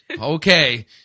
Okay